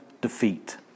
defeat